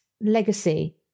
legacy